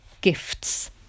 gifts